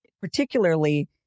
particularly